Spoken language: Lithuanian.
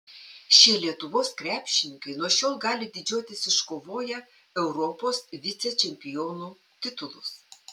šie lietuvos krepšininkai nuo šiol gali didžiuotis iškovoję europos vicečempionų titulus